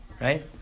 right